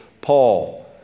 Paul